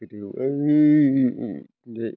गोदोबो ओइ बे